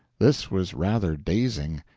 this was rather dazing.